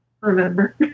remember